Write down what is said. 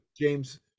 James